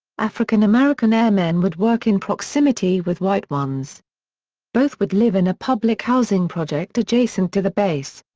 african-american airmen would work in proximity with white ones both would live in a public housing project adjacent to the base.